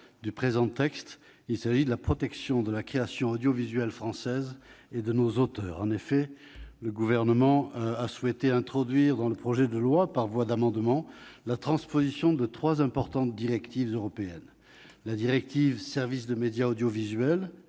du présent texte : la protection de la création audiovisuelle française et de nos auteurs. En effet, le Gouvernement a souhaité introduire dans le projet de loi par voie d'amendement la transposition de trois importantes directives européennes. La première est la directive Services de médias audiovisuels,